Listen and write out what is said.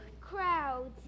crowds